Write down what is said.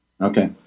Okay